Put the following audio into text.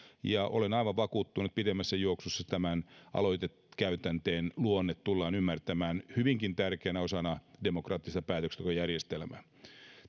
olen aivan vakuuttunut että pidemmässä juoksussa tämän aloitekäytänteen luonne tullaan ymmärtämään hyvinkin tärkeänä osana demokraattista päätöksentekojärjestelmää